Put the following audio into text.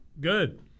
good